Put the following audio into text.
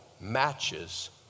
matches